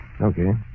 Okay